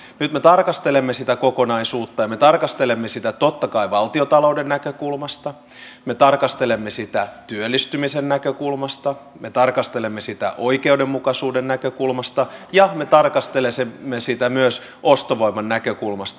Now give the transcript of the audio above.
nyt me tarkastelemme sitä kokonaisuutta ja me tarkastelemme sitä totta kai valtiontalouden näkökulmasta me tarkastelemme sitä työllistymisen näkökulmasta me tarkastelemme sitä oikeudenmukaisuuden näkökulmasta ja me tarkastelemme sitä myös ostovoiman näkökulmasta